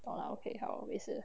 oh okay 好没事